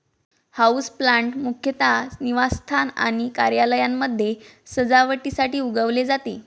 houseplant मुख्यतः निवासस्थान आणि कार्यालयांमध्ये सजावटीसाठी उगवले जाते